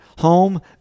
home